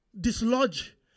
dislodge